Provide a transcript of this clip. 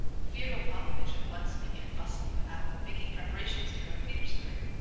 fyodor pavlovitch at once began bustling about, making preparations to go to petersburg,